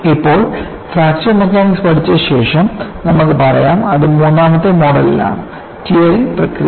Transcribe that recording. ഇപ്പോൾ fracture mechanics പഠിച്ച ശേഷം നമുക്ക് പറയാം അത് മൂന്നാമത്തെ മോഡിലാണ് ടിയറിങ് പ്രക്രിയ